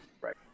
right